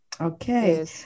okay